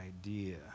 idea